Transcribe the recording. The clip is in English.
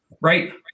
right